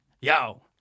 Yo